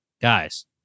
guys